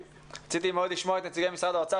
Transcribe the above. רציתי מאוד לשמוע את נציגי משרד האוצר.